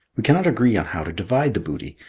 we cannot agree on how to divide the booty.